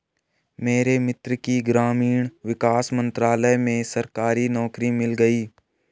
मेरे मित्र को ग्रामीण विकास मंत्रालय में सरकारी नौकरी मिल गई